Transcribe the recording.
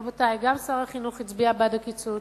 רבותי, גם שר החינוך הצביע בעד הקיצוץ,